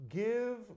give